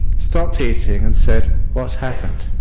stopped eating and said what's happened